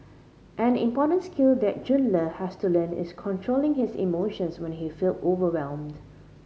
an important skill that Jun Le has to learn is controlling his emotions when he feel overwhelmed